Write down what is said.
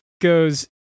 goes